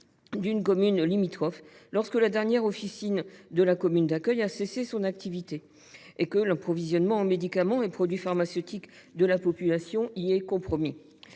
d’une commune limitrophe, lorsque la dernière officine de la commune d’accueil a cessé son activité et que l’approvisionnement en médicaments et produits pharmaceutiques de la population y est compromis.